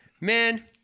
man